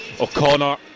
O'Connor